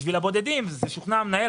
בשביל הבודדים זה "שוכנע המנהל".